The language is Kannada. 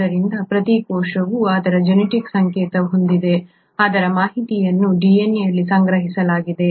ಆದ್ದರಿಂದ ಪ್ರತಿ ಕೋಶವು ಅದರ ಜೆನೆಟಿಕ್ ಸಂಕೇತವನ್ನು ಹೊಂದಿದೆ ಅದರ ಮಾಹಿತಿಯನ್ನು DNA ಅಲ್ಲಿ ಸಂಗ್ರಹಿಸಲಾಗಿದೆ